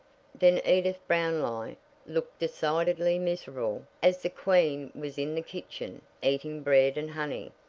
then edith brownlie looked decidedly miserable as the queen was in the kitchen, eating bread and honey.